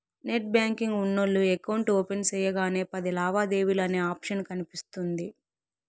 net banking ఉన్నోల్లు account open సెయ్యగానే పది లావాదేవీలు అనే ఆప్షన్ కనిపిస్తుంది